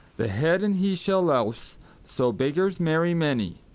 the head and he shall louse so beggars marry many.